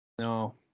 No